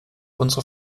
unsere